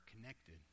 connected